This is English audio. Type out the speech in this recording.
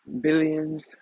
billions